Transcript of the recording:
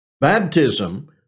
baptism